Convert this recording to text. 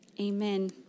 Amen